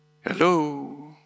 Hello